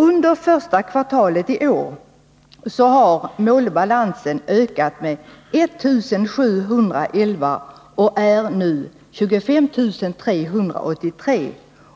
Under första kvartalet i år har målbalansen ökat med 1711, och den är nu 25 383.